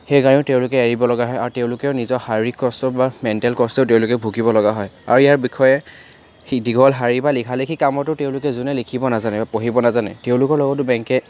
সেই গাড়ীও তেওঁলোকে এৰিব লগা হয় আৰু তেওঁলোকেও নিজৰ শাৰীৰিক কষ্ট বা মেণ্টেল কষ্টও তেওঁলোকে ভূগিব লগা হয় আৰু ইয়াৰ বিষয়ে দীঘল শাৰী বা লিখা লিখি কামতো তেওঁলোকে যোনে লিখিব নাজানে বা পঢ়িব নাজানে তেওঁলোকৰ লগতো বেংকে